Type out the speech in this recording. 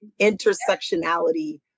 intersectionality